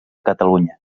catalunya